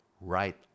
right